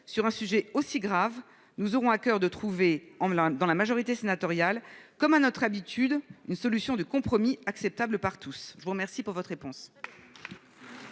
sur un sujet aussi grave. Nous aurons à coeur de trouver en plein dans la majorité sénatoriale, comme à notre habitude, une solution de compromis acceptable par tous, je vous remercie pour votre réponse.